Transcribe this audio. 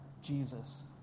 jesus